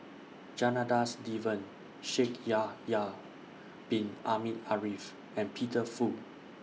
Janadas Devan Shaikh Yahya Bin Ahmed Afifi and Peter Fu